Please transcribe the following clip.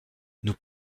nous